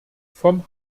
vom